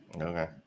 Okay